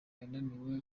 yananiwe